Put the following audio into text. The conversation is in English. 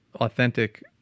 authentic